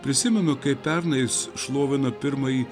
prisimenu kaip pernai jis šlovino pirmąjį